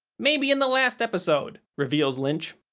maybe in the last episode, reveal's lynch.